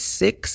six